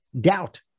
doubt